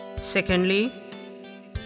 Secondly